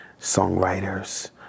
songwriters